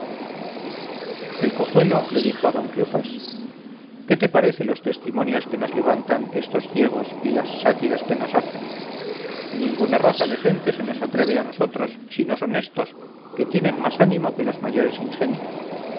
el cojuelo le dijo a don cleofás qué te parece los testimonios que nos levantan estos ciegos y las sátiras que nos hacen ninguna raza de gente se nos atreve a nosotros si no son éstos que tienen más ánimo que los mayores ingenios